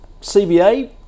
CBA